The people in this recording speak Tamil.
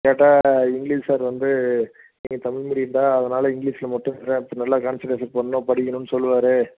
கேட்டால் இங்கிலீஷ் சார் வந்து நீங்கள் தமிழ் மீடியம்டா அதனால் இங்கிலீஷில் மட்டும் பார்த்து நல்லா கான்சென்ட்ரேஷன் பண்ணணும் படிக்கணும்ன்னு சொல்லுவார்